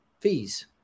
fees